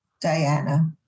Diana